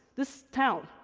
this town.